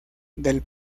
del